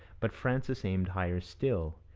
but francis aimed higher still.